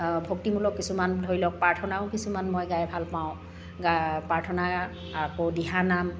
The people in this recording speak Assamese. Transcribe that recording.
ভক্তিমূলক কিছুমান ধৰি লওক প্ৰাৰ্থনাও কিছুমান মই গাই ভাল পাওঁ প্ৰাৰ্থনা আকৌ দিহানাম